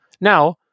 Now